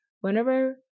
whenever